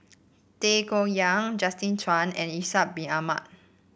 Tay Koh Yat Justin Zhuang and Ishak Bin Ahmad